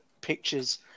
pictures